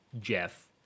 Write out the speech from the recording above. Jeff